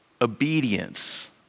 obedience